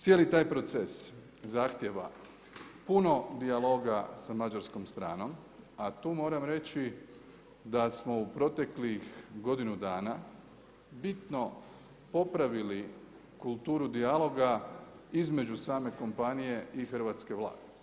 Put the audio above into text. Cijeli taj proces zahtijeva puno dijaloga sa mađarskom stranom, a tu moram reći da smo u proteklih godinu dana bitno popravili kulturu dijaloga između same kompanije i hrvatske Vlade.